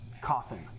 coffin